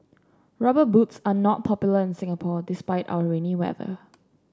rubber boots are not popular in Singapore despite our rainy weather